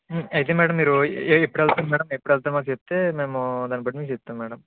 అయితే మ్యాడమ్ మీరు ఏ ఎప్పుడెళ్తారు మ్యాడమ్ ఎప్పుడు వెళ్తారో చెప్తే మేము దాని బట్టి మేము చెప్తాం మ్యాడమ్